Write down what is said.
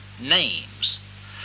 names